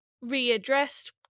readdressed